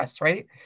right